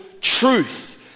truth